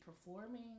performing